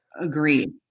Agreed